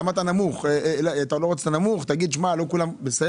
לא רצית נמוך אז בסדר,